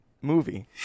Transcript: movie